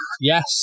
yes